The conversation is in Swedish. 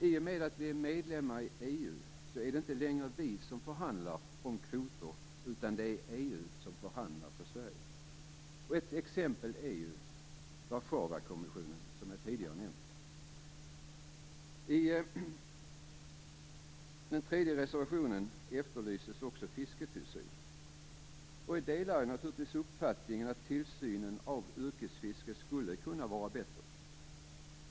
I och med att vi är medlemmar i EU är det inte längre vi som förhandlar om kvoter, utan det är EU som förhandlar för Sverige. Ett exempel är ju Warszawakommissionen, som jag tidigare har nämnt. I den tredje reservationen efterlyses också fisketillsyn. Vi delar naturligtvis uppfattningen att tillsynen av yrkesfisket skulle kunna vara bättre.